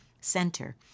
Center